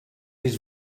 his